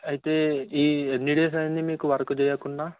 అయితే ఈ ఎన్ని డేస్ అయింది మీకు వర్క్ చేయకుండా